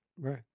Right